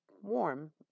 warm